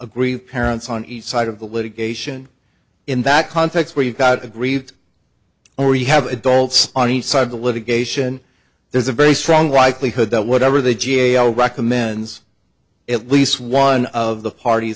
with parents on each side of the litigation in that context where you've got aggrieved or you have adults on each side of the litigation there's a very strong likelihood that whatever the g a o recommends at least one of the parties